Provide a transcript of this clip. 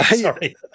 sorry